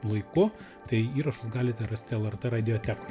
laiku tai įrašus galite rasti lrt radiotekoj